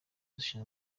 bishwe